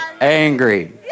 angry